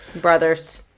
brothers